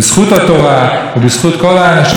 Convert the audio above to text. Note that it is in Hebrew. בארץ הזאת אנחנו נוכל להמשיך לחיות כאן.